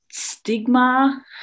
stigma